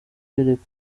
kwereka